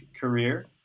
career